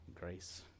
grace